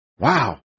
Wow